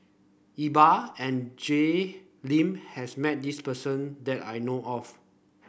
Iqbal and Jay Lim has met this person that I know of